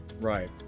right